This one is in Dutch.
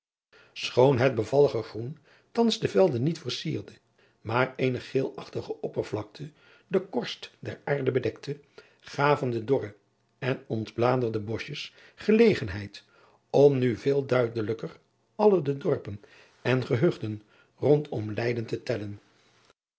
het bevallige groen thans de velden niet versierde maar eene geelachtige oppervlakte de korst der aarde bedekte gaven de dorre en ontbladerde boschjes gelegenheid om nu veel duidelijker alle de dorpen en gehuchten rondom eyden te tellen